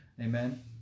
Amen